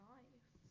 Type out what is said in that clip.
Nice